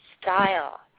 style